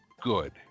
good